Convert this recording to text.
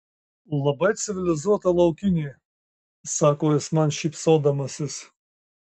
labai civilizuota laukinė sako jis man šypsodamasis